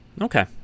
Okay